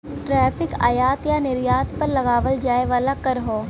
tariff आयात या निर्यात पर लगावल जाये वाला कर हौ